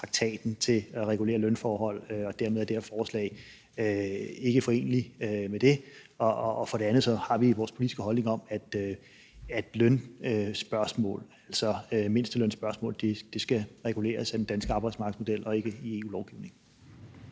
traktaten til at regulere lønforhold, og dermed er det her forslag ikke foreneligt med det. For det andet har vi vores politiske holdning om, at lønspørgsmål, altså mindstelønsspørgsmål, skal reguleres af den danske arbejdsmarkedsmodel og ikke af EU-lovgivningen.